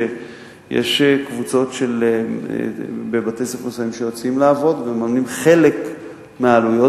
יש קבוצות בבתי-ספר מסוימים שיוצאות לעבוד ומממנות חלק מהעלויות,